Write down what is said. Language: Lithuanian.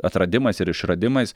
atradimais ir išradimais